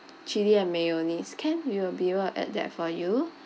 chilli and mayonnaise can we will be able to add that for you